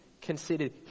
considered